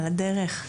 על הדרך.